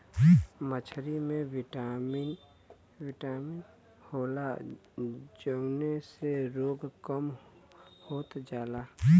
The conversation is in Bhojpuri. मछरी में बहुत बिटामिन होला जउने से रोग कम होत जाला